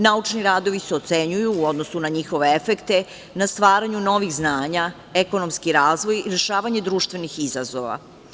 Naučni radovi se ocenjuju u odnosu na njihove efekte, na stvaranju novih znanja, ekonomski razvoj i rešavanje društvenih izazova.